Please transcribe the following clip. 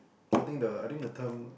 I think the I think the term